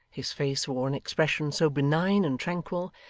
his face wore an expression so benign and tranquil,